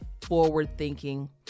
forward-thinking